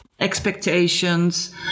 expectations